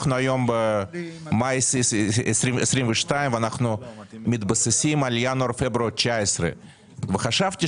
היום אנחנו במאי 2022 ואנחנו מתבססים על ינואר-פברואר 2019. חשבתי